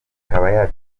ikaba